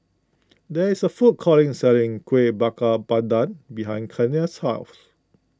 there is a food courting selling Kuih Bakar Pandan behind Kenia's house